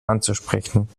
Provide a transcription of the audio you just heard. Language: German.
anzusprechen